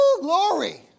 glory